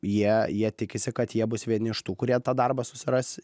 jie jie tikisi kad jie bus vieni iš tų kurie tą darbą susiras